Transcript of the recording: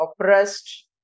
oppressed